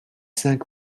cinq